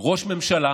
ראש ממשלה